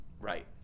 right